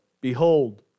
Behold